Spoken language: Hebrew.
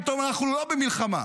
פתאום אנחנו לא במלחמה.